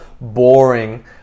boring